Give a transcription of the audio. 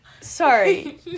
sorry